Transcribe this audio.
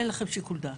אין לכם שיקול דעת.